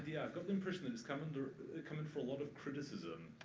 yeah i've got the impression that has come and come in for a lot of criticism.